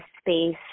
space